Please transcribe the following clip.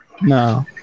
No